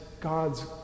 God's